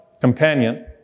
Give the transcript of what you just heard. companion